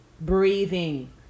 breathing